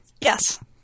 Yes